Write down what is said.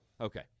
Okay